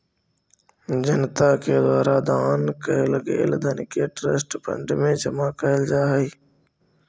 जनता के द्वारा दान कैल गेल धन के ट्रस्ट फंड में जमा कैल जा हई